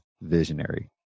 visionary